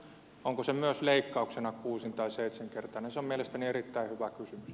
onko se myös leikkauksena kuusin tai seitsenkertainen se on mielestäni erittäin hyvä kysymys